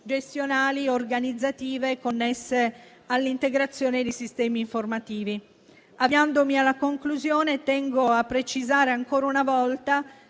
gestionali e organizzative connesse all'integrazione dei sistemi informativi. Avviandomi alla conclusione, tengo a precisare ancora una volta